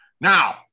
Now